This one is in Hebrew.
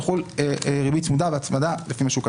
תחול ריבית והצמדה לפי מה שהוא כתב.